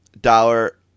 dollar